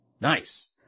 Nice